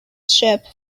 ship